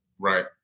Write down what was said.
Right